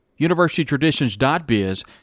UniversityTraditions.biz